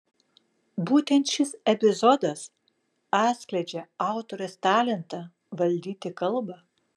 būtent šis epizodas atskleidžią autorės talentą valdyti kalbą